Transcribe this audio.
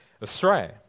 astray